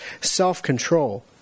self-control